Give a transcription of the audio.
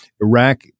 Iraq